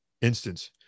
instance